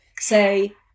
say